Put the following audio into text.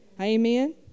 Amen